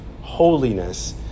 holiness